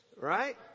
Right